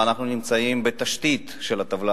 אנחנו נמצאים בתחתית הטבלה